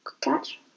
Catch